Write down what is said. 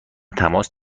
تماس